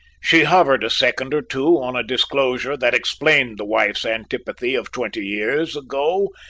she hovered a second or two on a disclosure that explained the wife's antipathy of twenty years ago,